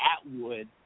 Atwood